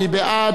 להצביע, מי בעד?